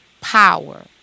power